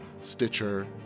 Stitcher